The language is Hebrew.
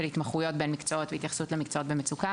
התמחויות בין מקצועות והתייחסות למקצועות במצוקה,